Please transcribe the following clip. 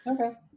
Okay